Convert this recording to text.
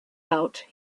out